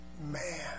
man